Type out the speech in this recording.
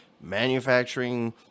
manufacturing